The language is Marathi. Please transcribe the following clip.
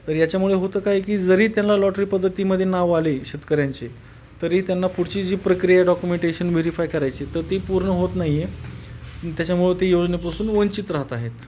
तर याच्यामुळे होतं काय की जरी त्यांना लॉटरी पद्धतीमध्ये नाव आले शेतकऱ्यांचे तरीही त्यांना पुढची जी प्रक्रिया डॉक्युमेटेशन वेरिफाय करायची तर ती पूर्ण होत नाही आहे त्याच्यामुळं ते योजनेपासून वंचित राहत आहेत